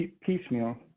piecemeal